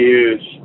use